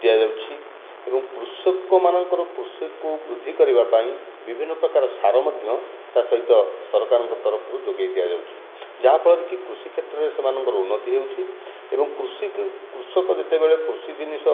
ଦିଆଯାଉଛି ଏବଂ କୃଷକ ମାନଙ୍କର କୃଷିକୁ ବୃଦ୍ଧି କରିବା ପାଇଁ ବିଭିନ୍ନ ପ୍ରକାର ସାର ମଧ୍ୟ ତାସହିତ ସରକାରଙ୍କ ତରଫରୁ ଯୋଗେଇ ଦିଆଯାଉଛି ଯାହାଫଳରେ କି କୃଷି କ୍ଷେତ୍ରରେ ସେମାନଙ୍କର ଉନ୍ନତି ହେଉଛି ଏବଂ କୃଷିକୁ କୃଷକ ଯେତେବେଳେ କୃଷି ଜିନିଷ